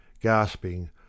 gasping